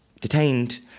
detained